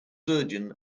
surgeon